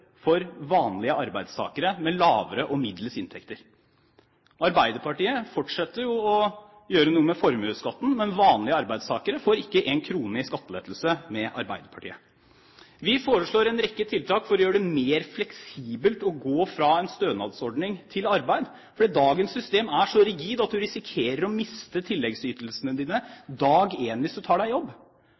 for vanlige arbeidstakere med lavere og middels inntekter. Arbeiderpartiet fortsetter å gjøre noe med formuesskatten, men vanlige arbeidstakere får ikke en krone i skattelettelse med dem. Vi foreslår en rekke tiltak for å gjøre det mer fleksibelt å gå fra en stønadsordning til arbeid. Dagens system er så rigid at man risikerer å miste sine tilleggsytelser fra dag én hvis man tar seg jobb. Det er urimelig, og